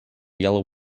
yellow